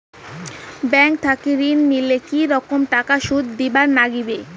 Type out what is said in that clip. Bank থাকি ঋণ নিলে কি রকম টাকা সুদ দিবার নাগিবে?